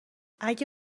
اگه